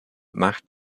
macht